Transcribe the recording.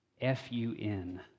F-U-N